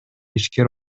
ишкер